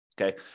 Okay